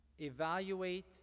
evaluate